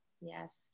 Yes